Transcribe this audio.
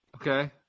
Okay